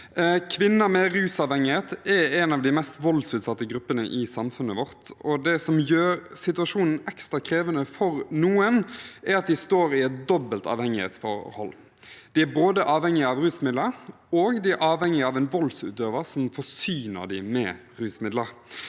Kvinner med rusavhengighet er en av de mest voldsutsatte gruppene i samfunnet vårt. Det som gjør situasjonen ekstra krevende for noen, er at de står i et dobbelt avhengighetsforhold – de er både avhengig av rusmidler, og de er avhengig av en voldsutøver som forsyner dem med rusmidler.